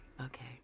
okay